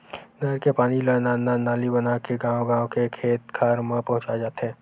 नहर के पानी ल नान नान नाली बनाके गाँव गाँव के खेत खार म पहुंचाए जाथे